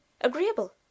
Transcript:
agreeable